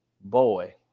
boy